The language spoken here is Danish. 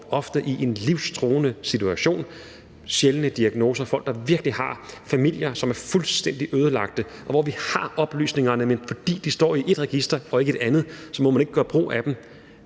står i en livstruende situation og har sjældne diagnoser, folk, der virkelig har familier, som er fuldstændig ødelagte, og hvor vi har oplysningerne, men fordi de står i et register og ikke i et andet, må man ikke gøre brug af dem.